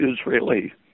Israeli